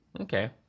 Okay